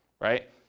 right